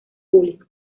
público